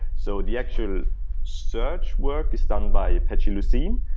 so the actual search work is done by apache lucene,